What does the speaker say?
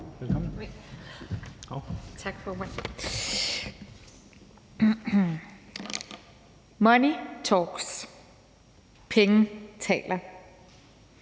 Tak, formand. »Money talks – penge taler«.